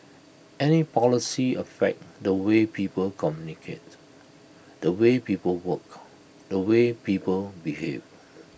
any policies affect the way people communicate the way people work the way people behave